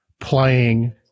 playing